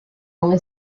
only